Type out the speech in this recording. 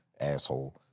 Asshole